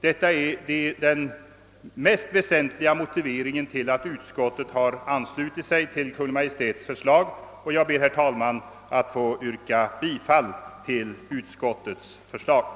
Detta är den mest väsentliga motiveringen till att utskottet anslutit sig till Kungl. Maj:ts förslag. Jag ber, herr talman, att få yrka bifall till utskottets hemställan.